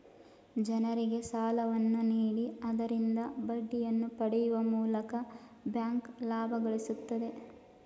ಜನರಿಗೆ ಸಾಲವನ್ನು ನೀಡಿ ಆದರಿಂದ ಬಡ್ಡಿಯನ್ನು ಪಡೆಯುವ ಮೂಲಕ ಬ್ಯಾಂಕ್ ಲಾಭ ಗಳಿಸುತ್ತದೆ